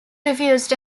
refused